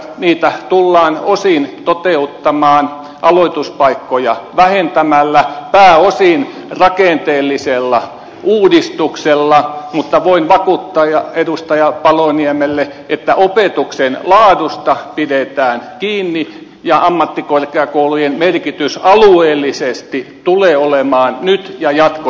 niitä tullaan osin toteuttamaan aloituspaikkoja vähentämällä pääosin rakenteellisella uudistuksella mutta voin vakuuttaa edustaja paloniemelle että opetuksen laadusta pidetään kiinni ja ammattikorkeakoulujen merkitys alueellisesti tulee olemaan ja jaakko